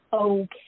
okay